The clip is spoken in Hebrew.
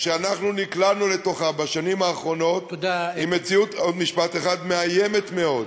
שאנחנו נקלענו אליה בשנים האחרונות היא מציאות מאיימת מאוד.